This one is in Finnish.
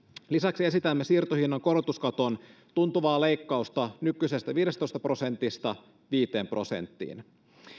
lisäksi esitämme siirtohinnan korotuskaton tuntuvaa leikkausta nykyisestä viidestätoista prosentista viiteen prosenttiin